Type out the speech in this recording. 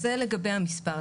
אז זה לגבי המספר.